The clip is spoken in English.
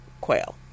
quail